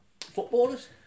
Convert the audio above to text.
footballers